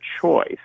choice